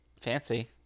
Fancy